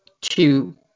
Two